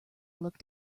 looked